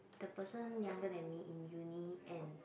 the person younger than me in uni and